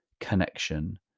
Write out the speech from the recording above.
connection